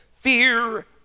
fear